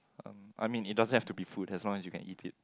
um I mean it doesn't have to be food as long as you can eat it